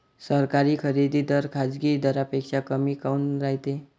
सरकारी खरेदी दर खाजगी दरापेक्षा कमी काऊन रायते?